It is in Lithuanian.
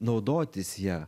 naudotis ja